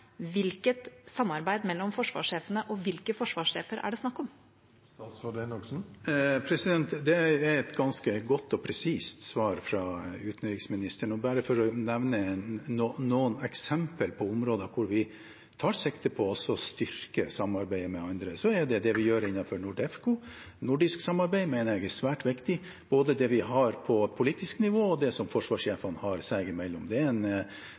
Hvilket samarbeid mellom forsvarssjefene og hvilke forsvarssjefer er det snakk om? Det er et ganske godt og presist svar fra utenriksministeren. Et eksempel på et slikt område, der vi tar sikte på å styrke samarbeidet med andre, er det vi gjør innen NORDEFCO. Nordisk samarbeid mener jeg er svært viktig, både det vi har på politisk nivå, og det som forsvarssjefene har seg imellom. Det